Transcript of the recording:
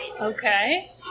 Okay